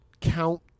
count